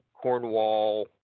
Cornwall